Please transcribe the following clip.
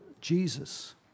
Jesus